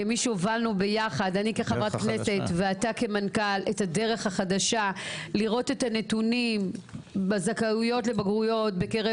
כמי שהובלנו ביחד את הדרך החדשה לראות את הנתונים בזכאויות לבגרויות בקרב